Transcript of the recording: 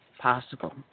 possible